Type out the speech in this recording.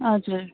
हजुर